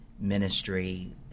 ministry